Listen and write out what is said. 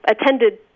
attended